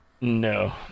No